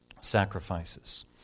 sacrifices